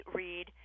read